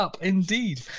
indeed